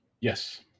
Yes